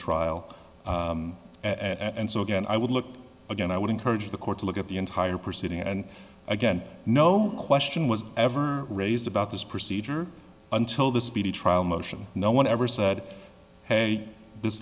trial and so again i would look again i would encourage the court to look at the entire proceeding and again no question was ever raised about this procedure until the speedy trial motion no one ever said hey this